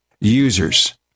users